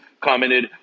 commented